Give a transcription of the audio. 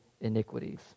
iniquities